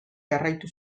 jarraitu